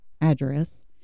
address